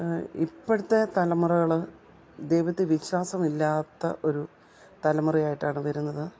ഇപ്പോഴത്തെ തലമുറകൾ ദൈവത്തെ വിശ്വാസമില്ലാത്ത ഒരു തലമുറയായിട്ടാണ് വരുന്നത്